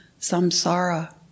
samsara